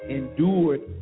endured